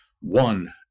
One